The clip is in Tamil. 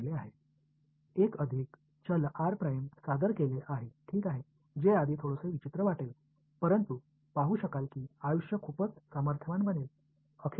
இரண்டாவது சமன்பாடில் இப்போது நான் இன்னும் ஒரு மாறி r ஐ அறிமுகப்படுத்தியுள்ளேன் இது முதலில் கொஞ்சம் விசித்திரமாகத் தோன்றும் ஆனால் அது விஷயத்தை மிகவும் சக்திவாய்ந்ததாக மாற்றும்